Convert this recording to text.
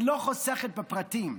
היא לא חוסכת בפרטים.